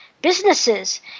Businesses